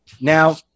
Now